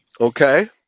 Okay